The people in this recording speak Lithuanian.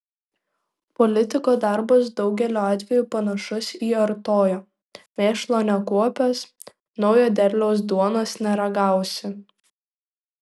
politiko darbas daugeliu atvejų panašus į artojo mėšlo nekuopęs naujo derliaus duonos neragausi